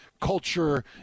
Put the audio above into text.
culture